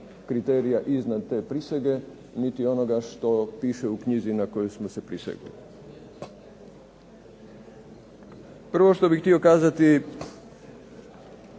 kriterija iznad te prisege niti onoga što piše u knjizi na koju smo se prisegli. Prvo što bih htio kazati